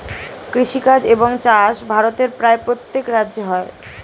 কৃষিকাজ এবং চাষ ভারতের প্রায় প্রত্যেক রাজ্যে হয়